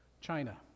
China